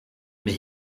mais